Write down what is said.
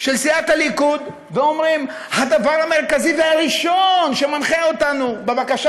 של סיעת הליכוד ואומרים: הדבר המרכזי והראשון שמנחה אותנו בבקשה